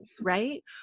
right